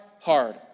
hard